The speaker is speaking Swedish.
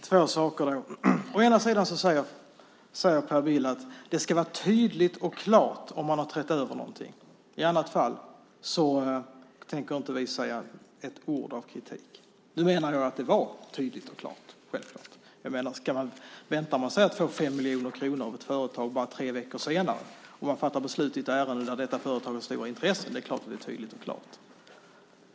Herr talman! Jag vill ta upp två saker. Per Bill säger att det ska vara tydligt och klart om man har överträtt någonting, i annat fall tänker man inte säga ett ord av kritik. Nu menar jag självfallet att det var tydligt och klart. Väntar man sig att få 5 miljoner kronor av ett företag bara tre veckor senare när man fattar beslut i ett ärende där detta företag har stora intressen är det klart att det är tydligt och klart.